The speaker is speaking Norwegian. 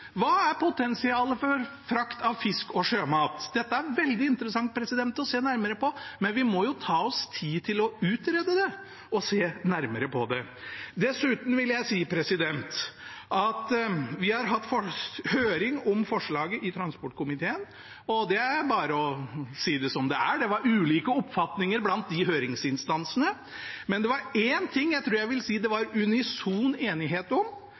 Hva er potensialet for frakt av fisk og sjømat? Dette er veldig interessant å se nærmere på, men vi må ta oss tid til å utrede det og se nærmere på det. Dessuten vil jeg si at vi har hatt høring om forslaget i transportkomiteen, og det er bare å si det som det er. Det var ulike oppfatninger blant de høringsinstansene, men det var én ting jeg tror jeg vil si det var unison enighet om,